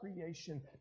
creation